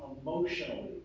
emotionally